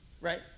right